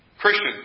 Christian